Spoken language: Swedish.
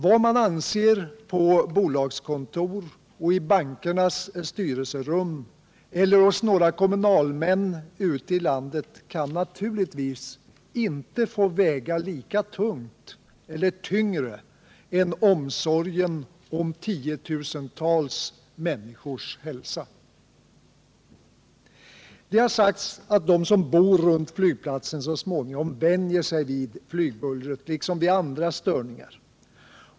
Vad man anser på bolagskontor och i bankernas styrelserum eller hos några kommunalmän ute i landet kan naturligtvis inte få väga lika tungt eller tyngre än omsorgen om tiotusentals människors hälsa. Det har sagts att de som bor runt flygplatsen så småningom vänjer sig vid flygbullret liksom vid andra störningar.